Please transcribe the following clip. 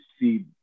see